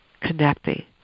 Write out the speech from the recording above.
connecting